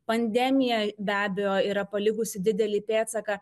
pandemijai be abejo yra palikusi didelį pėdsaką